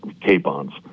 capons